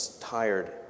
tired